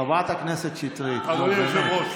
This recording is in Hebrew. חבר הכנסת כץ, החוצה.